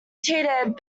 cheated